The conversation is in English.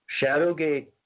Shadowgate